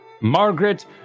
Margaret